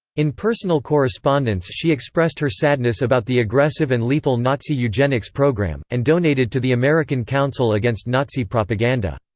in personal correspondence she expressed her sadness about the aggressive and lethal nazi eugenics program and donated to the american council against nazi propaganda.